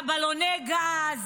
בלוני גז,